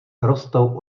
rostou